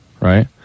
right